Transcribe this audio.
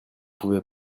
pouvait